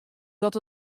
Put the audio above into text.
dat